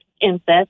invest